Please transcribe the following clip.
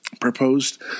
proposed